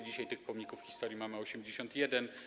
Dzisiaj tych pomników historii mamy 81.